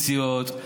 מפוזיציות.